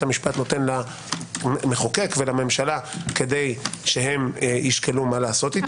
המשפט נותן למחוקק ולממשלה כדי שהם ישקלו מה לעשות איתה.